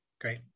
Great